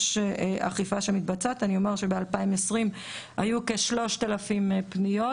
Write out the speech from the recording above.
אני אומר שב-2020 היו כ-3,000 פניות